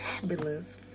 fabulous